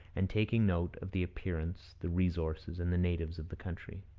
and taking note of the appearance, the resources, and the natives of the country.